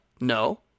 no